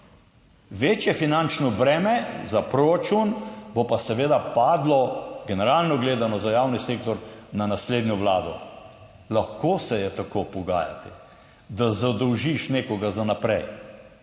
večje finančno breme za proračun bo pa seveda padlo, generalno gledano za javni sektor na naslednjo Vlado. Lahko se je tako pogajati, da zadolžiš nekoga za naprej.